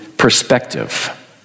perspective